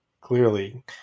clearly